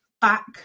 back